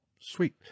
Sweet